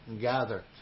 gather